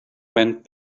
went